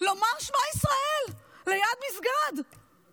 ישראל ברמקול במסגד בג'נין.